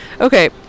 Okay